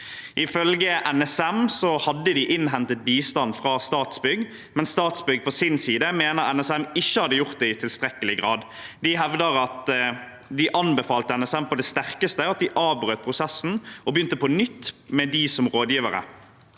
Ifølge NSM hadde de innhentet bistand fra Statsbygg, men Statsbygg på sin side mener NSM ikke har gjort det i tilstrekkelig grad. De hevder at de på det sterkeste anbefalte NSM at de avbrøt prosessen og begynte på nytt med dem som rådgivere.